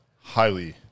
highly